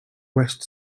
west